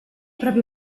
proprie